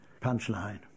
punchline